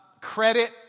Credit